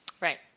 Right